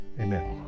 amen